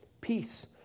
peace